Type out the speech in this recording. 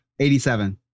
87